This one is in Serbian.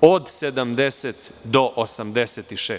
od 70% do 86%